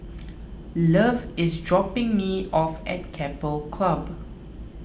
love is dropping me off at Keppel Club